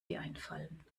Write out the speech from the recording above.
einfallen